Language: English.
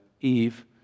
Eve